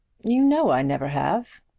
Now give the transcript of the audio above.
you know i never have.